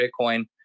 Bitcoin